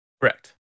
Correct